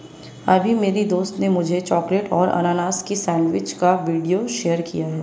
अभी मेरी दोस्त ने मुझे चॉकलेट और अनानास की सेंडविच का वीडियो शेयर किया है